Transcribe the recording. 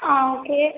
ஆ okay